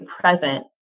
present